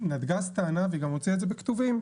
נתג"ז טענה והיא גם הוציאה את זה בכתובים,